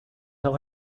tell